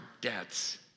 debts